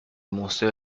museo